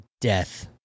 death